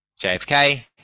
JFK